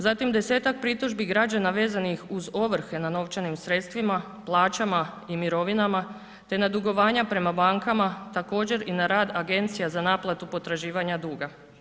Zatim 10-tak pritužbi građana vezanih uz ovrhe na novčanim sredstvima, plaćama i mirovinama te na dugovanja prema bankama također i na rad Agencija za naplatu potraživanja duga.